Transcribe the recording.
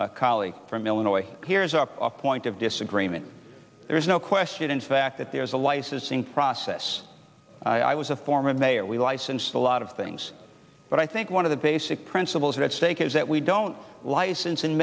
colleague from illinois here is our off point of disagreement there is no question in fact that there is a licensing process i was a former mayor we licensed a lot of things but i think one of the basic principles at stake is that we don't license and